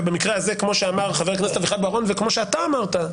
ובמקרה הזה כמו שאמר חבר הכנסת אביחי בוארון וכמו שאתה אמרת,